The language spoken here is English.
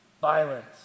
Violence